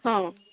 ହଁ